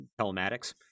telematics